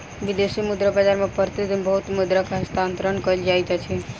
विदेशी मुद्रा बाजार मे प्रति दिन बहुत मुद्रा के हस्तांतरण कयल जाइत अछि